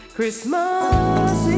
Christmas